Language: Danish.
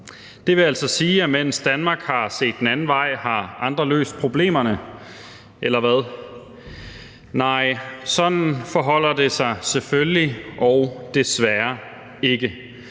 Det vil altså sige, at mens Danmark har set den anden vej, har andre løst problemerne – eller hvad? Nej, sådan forholder det sig selvfølgelig og desværre ikke.